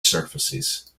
surfaces